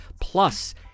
plus